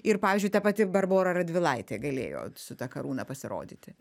ir pavyzdžiui ta pati barbora radvilaitė galėjo su ta karūna pasirodyti